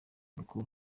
alcool